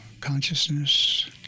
consciousness